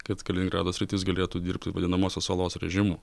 kad kaliningrado sritis galėtų dirbti vadinamosios salos režimu